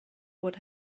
what